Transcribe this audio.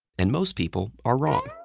and most people are wrong.